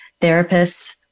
therapists